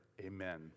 Amen